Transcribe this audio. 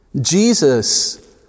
Jesus